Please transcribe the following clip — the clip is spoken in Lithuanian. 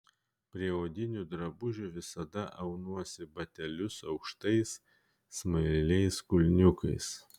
prie odinių drabužių visada aunuosi batelius aukštais smailiais kulniukais